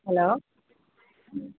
hello